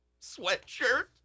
sweatshirt